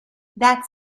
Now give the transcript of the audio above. that